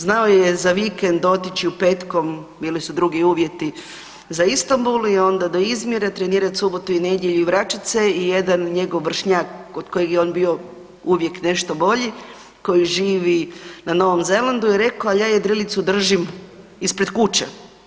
Znao je za vikend otići petkom bili su drugi uvjeti za Istambul i onda do Izmira, trenirat subotu i nedjelju i vraćat se i jedan njegov vršnjak kod kojeg je on bio uvijek nešto bolji koji živi na Novom Zelandu je rekao, ali ja jedrilicu držim ispred kuće.